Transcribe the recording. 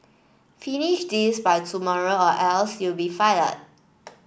finish this by tomorrow or else you'll be fire